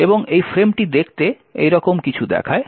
এবং এই ফ্রেমটি দেখতে এইরকম কিছু দেখায়